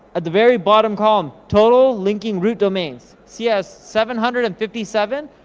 at the very bottom column, total linking root domains, she has seven hundred and fifty seven,